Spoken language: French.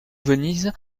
venise